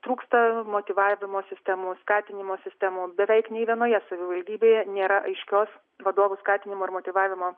trūksta motyvavimo sistemų skatinimo sistemų beveik nė vienoje savivaldybėje nėra aiškios vadovų skatinimo ir motyvavimo